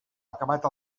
acabat